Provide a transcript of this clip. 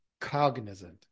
cognizant